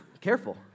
Careful